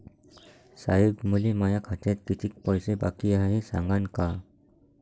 साहेब, मले माया खात्यात कितीक पैसे बाकी हाय, ते सांगान का?